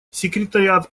секретариат